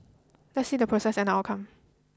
let's see the process and the outcome